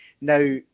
Now